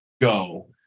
go